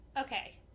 Okay